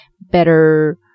better